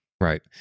Right